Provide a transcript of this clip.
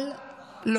לא,